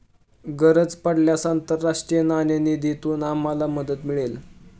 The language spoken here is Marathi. गरज पडल्यास आंतरराष्ट्रीय नाणेनिधीतून आम्हाला मदत मिळेल